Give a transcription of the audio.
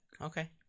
Okay